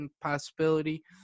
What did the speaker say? possibility